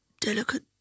delicate